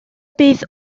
bydd